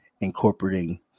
incorporating